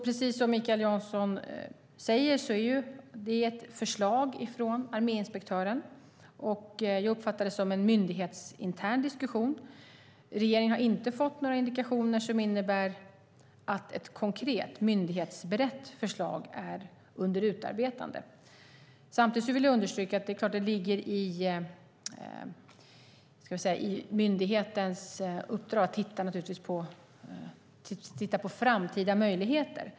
Precis som Mikael Jansson säger är det ett förslag från arméinspektören. Jag uppfattar det som en myndighetsintern diskussion. Regeringen har inte fått några indikationer som innebär att ett konkret myndighetsberett förslag är under utarbetande. Samtidigt vill jag understryka att det naturligtvis ligger i myndighetens uppdrag att titta på framtida möjligheter.